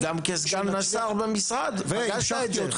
וגם כסגן השר במשרד פגשת את זה.